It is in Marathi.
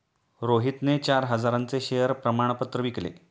रोहितने चार हजारांचे शेअर प्रमाण पत्र विकले